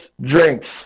drinks